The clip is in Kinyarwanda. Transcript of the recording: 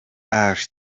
ali